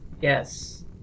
yes